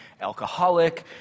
alcoholic